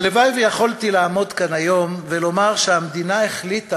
הלוואי שיכולתי לעמוד כאן היום ולומר שהמדינה החליטה